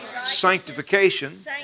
sanctification